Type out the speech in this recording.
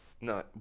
No